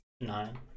nine